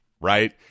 right